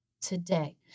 today